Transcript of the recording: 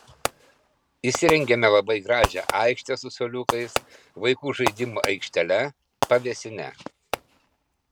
įsirengėme labai gražią aikštę su suoliukais vaikų žaidimų aikštele pavėsine